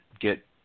get